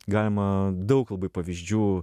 galima daug labai pavyzdžių